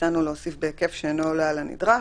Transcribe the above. הצענו להוסיף: -- בהיקף שאינו עולה על הנדרש,